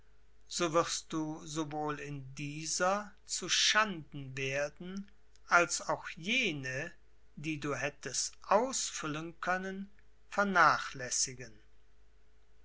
so wirst du sowohl in dieser zu schanden werden als auch jene die du hättest ausfüllen können vernachläßigen